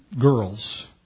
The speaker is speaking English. girls